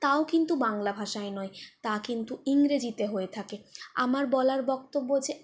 তাও কিন্তু বাংলা ভাষায় নয় তা কিন্তু ইংরেজিতে হয়ে থাকে আমার বলার বক্তব্য যে